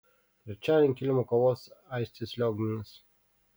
trečiadienį ant kilimo kovos aistis liaugminas